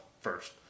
first